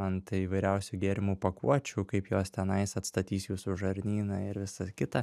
ant įvairiausių gėrimų pakuočių kaip jos tenais atstatys jūsų žarnyną ir visą kitą